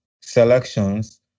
selections